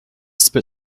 spit